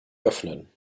öffnen